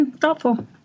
thoughtful